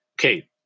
okay